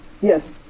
yes